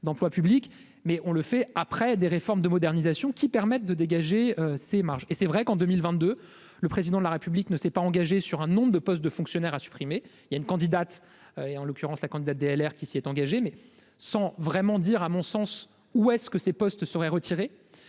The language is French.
d'emploi public mais on le fait après des réformes de modernisation qui permettent de dégager ses marges et c'est vrai qu'en 2022, le président de la République ne s'est pas engagé sur un nombre de postes de fonctionnaires à supprimer, il y a une candidate et en l'occurrence la candidate DLR qui s'y est engagé, mais sans vraiment dire à mon sens, ou est-ce que ces postes seraient retirés